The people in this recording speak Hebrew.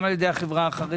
גם על ידי החברה החרדית.